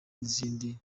n’izindi